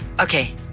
Okay